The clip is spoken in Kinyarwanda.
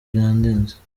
byandenze